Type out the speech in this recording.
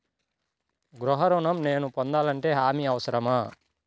గృహ ఋణం నేను పొందాలంటే హామీ అవసరమా?